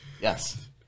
Yes